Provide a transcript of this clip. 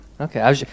Okay